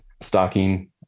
Stocking